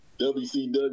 WCW